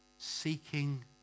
Seeking